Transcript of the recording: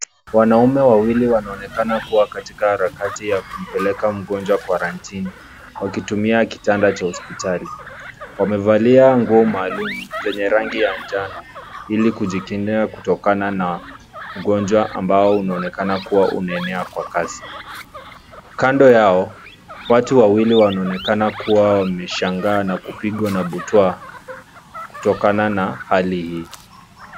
Wanaume wawili wanaonekana kuwa katika harakati ya kumpeleka mgonjwa karantini wakitumia kitanda cha hospitali. Wamevalia nguo maalum zenye rangi ya njano ili kujikinga kutokana na ugonjwa ambao unaonekana kuwa umeenea kwa kasi. Kando yao watu wawili wanaonekana kuwa wameshangaa na kupigwa na butwaa kutokana na hali hii.